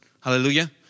Hallelujah